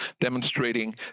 demonstrating